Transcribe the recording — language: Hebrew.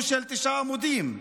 הוא בן תשעה עמודים,